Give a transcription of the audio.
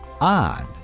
on